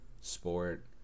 sport